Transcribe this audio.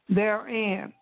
therein